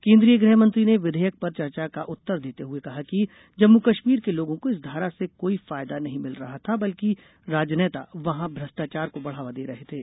केन्द्रीय गृहमंत्री ने विधेयक पर चर्चा का उत्तर देते हुए कहा कि जम्मू कश्मीर के लोगों को इस धारा से कोई फायदा नहीं मिल रहा था बल्कि राजनेता वहाँ भ्रष्टाचार को बढ़ांवा दे रहे थे